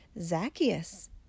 Zacchaeus